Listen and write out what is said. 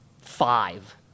Five